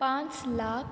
पांच लाख